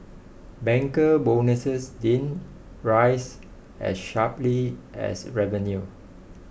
banker bonuses didn't rise as sharply as revenue